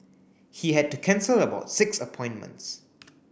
he had to cancel about six appointments